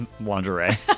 lingerie